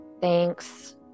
Thanks